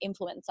influencer